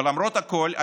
ולמרות הכול,